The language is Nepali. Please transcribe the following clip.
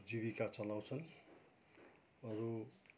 जीविका चलाउँछन् अरू